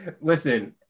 Listen